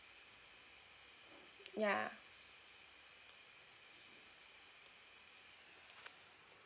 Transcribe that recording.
ya